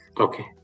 okay